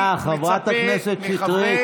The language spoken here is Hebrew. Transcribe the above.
תודה, חברת הכנסת שטרית.